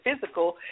physical